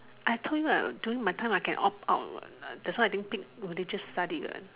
I told you during my time I can opt out what that's why I didn't pick literature study what